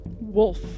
wolf